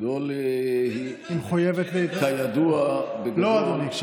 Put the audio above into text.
בגדול, היא, היא מחויבת, כידוע, לא, אדוני.